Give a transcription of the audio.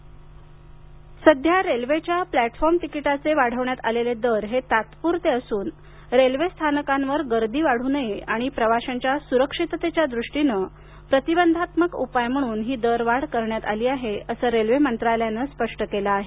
railway सध्या रेल्वेच्या platform तिकिटाचे वाढवण्यात आलेले दर हे तात्पुरते असून रेल्वेस्थानकांवर गर्दी वाढू नये आणि प्रवाशांच्या सुरक्षिततेच्या दृष्टीनं प्रतिबंधात्मक उपाय म्हणून ही दरवाढ करण्यात आली आहे असं रेल्वेमंत्रालयानं स्पष्ट केलं आहे